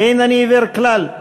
אין אני עיוור כלל.